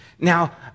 Now